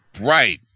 Right